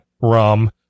rum